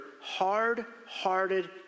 hard-hearted